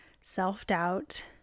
self-doubt